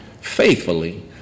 faithfully